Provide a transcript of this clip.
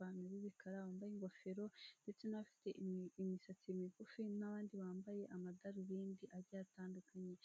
bantu b'ibikara bambaye ingofero ndetse n'abafite imisatsi migufi n'abandi bambaye amadarubindi agiye atandukanye.